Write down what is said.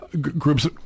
groups